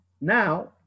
Now